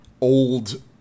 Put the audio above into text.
old